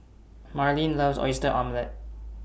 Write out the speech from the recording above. Marleen loves Oyster Omelette